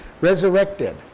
resurrected